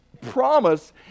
promise